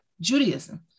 Judaism